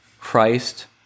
Christ